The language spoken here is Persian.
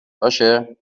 باشه